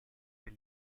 per